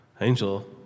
Angel